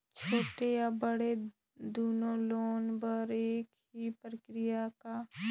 छोटे या बड़े दुनो लोन बर एक ही प्रक्रिया है का?